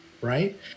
right